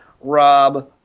Rob